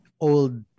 old